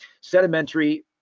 sedimentary